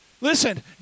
Listen